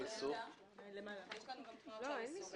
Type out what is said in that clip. יש לנו גם תמונות של מיסוך.